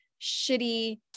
shitty